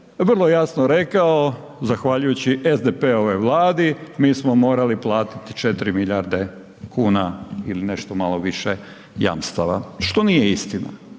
vrlo jasno rekao zahvaljujući SDP-ovoj vladi mi smo morali platiti 4 milijarde kuna ili nešto malo više jamstava, što nije istina,